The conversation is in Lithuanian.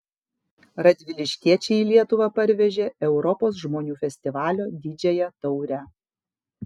radviliškiečiai į lietuvą parvežė europos žmonių festivalio didžiąją taurę